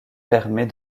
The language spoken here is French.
permet